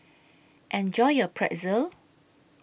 Enjoy your Pretzel